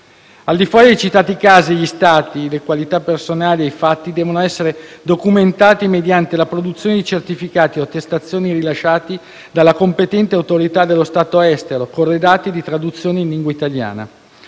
Al di fuori dei citati casi, gli stati, le qualità personali e i fatti devono essere documentati mediante la produzione di certificati o attestazioni rilasciati dalla competente autorità dello Stato estero, corredati di traduzione in lingua italiana.